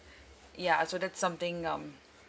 ya so that's something um